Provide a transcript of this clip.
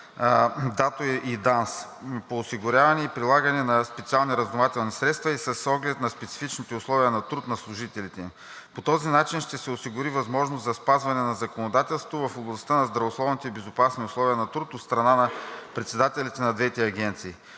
ДАТО и ДАНС по осигуряване и прилагане на специалните разузнавателни средства и с оглед на специфичните условия на труд на служителите им. По този начин ще се осигури възможност за спазване на законодателството в областта на здравословните и безопасни условия на труд от страна на председателите на двете агенции.